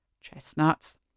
chestnuts